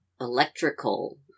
electrical